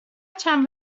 چند